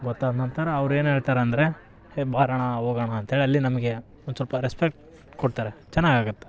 ಗೊತ್ತಾದ ನಂತರ ಅವ್ರು ಏನು ಹೇಳ್ತಾರಂದ್ರೆ ಹೇ ಬಾರಣ್ಣ ಹೋಗಣ್ಣ ಅಂತೇಳಿ ಅಲ್ಲಿ ನಮಗೆ ಒಂದು ಸ್ವಲ್ಪ ರೆಸ್ಪೆಕ್ಟ್ ಕೊಡ್ತಾರೆ ಚೆನ್ನಾಗಿ ಆಗತ್ತೆ